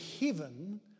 heaven